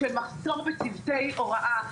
של מחסור בצוותי הוראה.